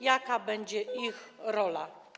Jaka będzie ich rola?